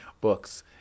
books